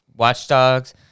Watchdogs